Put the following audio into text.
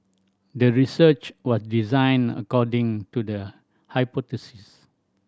the research was designed according to the hypothesis